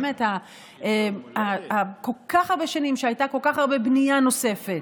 באמת כל כך הרבה שנים שהייתה כל כך הרבה בנייה נוספת,